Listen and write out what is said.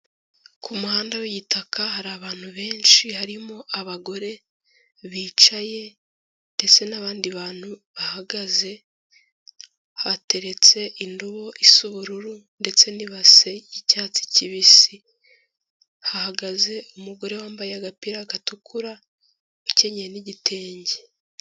Ku muhanda w'igitaka hari abantu benshi harimo abagore bicaye ndetse n'abandi bantu bahagaze, hateretse indobo isa ubururu ndetse n'ibase y'icyatsi kibisi, hahagaze umugore wambaye agapira gatukura ukenyeye n'igitenge.